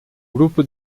grupo